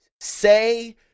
say